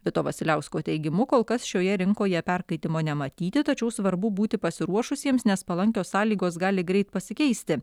vito vasiliausko teigimu kol kas šioje rinkoje perkaitimo nematyti tačiau svarbu būti pasiruošusiems nes palankios sąlygos gali greit pasikeisti